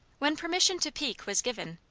when permission to peek was given,